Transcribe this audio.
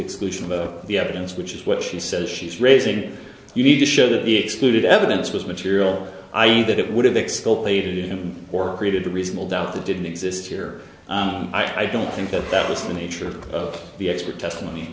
exclusion of the evidence which is what she says she's raising you need to show that the excluded evidence was material i e that it would have explicitly to him or created a reasonable doubt that didn't exist here i don't think that that was the nature of the expert testimony